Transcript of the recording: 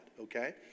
Okay